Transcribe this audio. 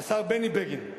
השר בני בגין.